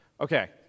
Okay